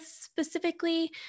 specifically